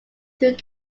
through